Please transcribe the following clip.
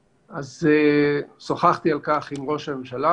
אז שוחחתי על כך עם ראש הממשלה